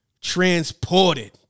transported